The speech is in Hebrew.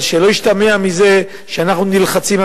אבל שלא ישתמע מזה שאנחנו נלחצים,